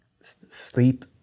sleep